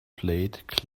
blade